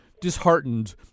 disheartened